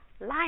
life